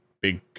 big